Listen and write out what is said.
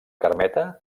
carmeta